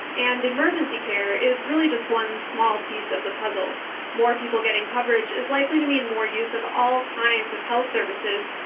and emergency care is really just one small piece of the puzzle more people getting coverage is likely to mean more use of all kinds of health services.